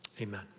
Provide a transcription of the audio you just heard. Amen